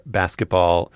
basketball